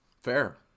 Fair